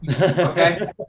okay